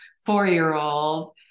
four-year-old